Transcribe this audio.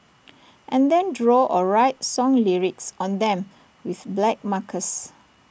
and then draw or write song lyrics on them with black markers